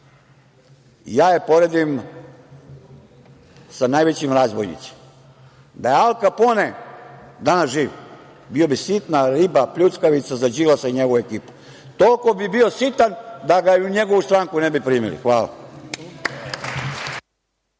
ja je poredim sa najvećim razbojnicima. Da je Al Kapone danas živ, bio bi sitna riba pljuckavica za Đilasa i njegovu ekipu. Toliko bi bio sitan da ga ni u njegovu stranku ne bi primili. Hvala.